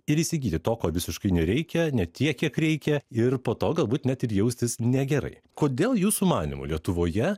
ir įsigyti to ko visiškai nereikia ne tiek kiek reikia ir po to galbūt net ir jaustis negerai kodėl jūsų manymu lietuvoje